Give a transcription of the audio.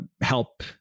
help